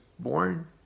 born